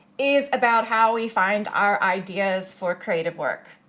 is about how we find our ideas for creative work,